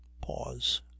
pause